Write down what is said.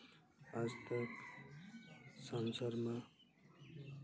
ᱟᱥᱵᱮᱠ ᱥᱚᱧᱪᱟᱨᱚᱢᱟ